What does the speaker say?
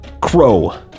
Crow